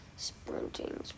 Sprinting